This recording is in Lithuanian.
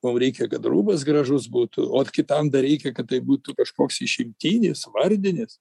mum reikia kad rūbas gražus būtų ot kitam dar reikia kad tai būtų kažkoks išimtinis vardinis